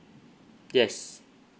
yes